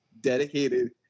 dedicated